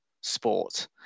sport